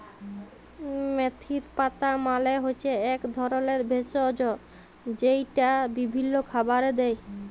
মেথির পাতা মালে হচ্যে এক ধরলের ভেষজ যেইটা বিভিল্য খাবারে দেয়